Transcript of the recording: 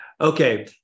Okay